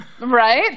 Right